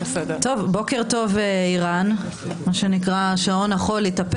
בייניש קיבלה החלטה ואמרה שההחלטה היא לא